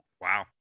Wow